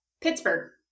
Pittsburgh